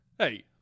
Hey